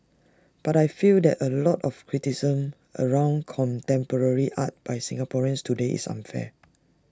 but I feel that A lot of the criticism around contemporary art by Singaporeans today is unfair